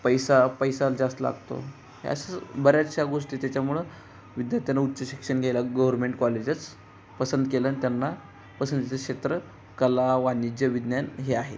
पैसा पैसा जास्त लागतो ह्या असंच बऱ्याचशा गोष्टी त्याच्यामुळं विद्यार्थ्यांना उच्च शिक्षण घ्याला गव्हर्मेंट कॉलेजच पसंत केलं आणि त्यांना पसंतीचं क्षेत्र कला वाणिज्य विज्ञान हे आहे